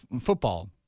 football –